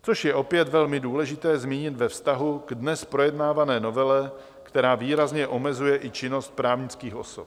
Což je opět velmi důležité zmínit ve vztahu k dnes projednávané novele, která výrazně omezuje i činnost právnických osob.